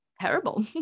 terrible